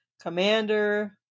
Commander